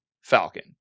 Falcon